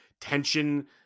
tension